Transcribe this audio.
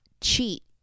cheat